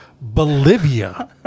Bolivia